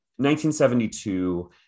1972